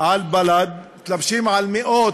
של בל"ד, מתלבשים על מאות,